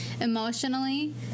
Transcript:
emotionally